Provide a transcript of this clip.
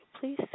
Please